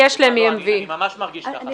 אני ממש מרגיש כך.